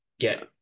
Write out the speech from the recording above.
Get